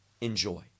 enjoy